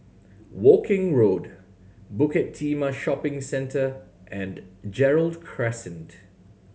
Woking Road Bukit Timah Shopping Centre and Gerald Crescent